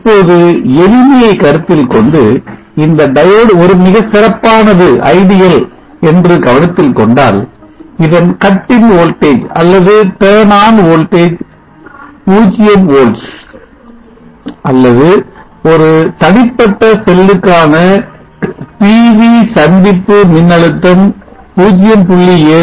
இப்போது எளிமையை கருத்தில்கொண்டு இந்த diode ஒரு மிகச் சிறப்பானது என்று கவனத்தில் கொண்டால் இதன் cut in voltage அல்லது turn on voltage 0 volts அல்லது ஒரு தனிப்பட்ட செல்லுக்கான PN சந்திப்பு மின்னழுத்தம் 0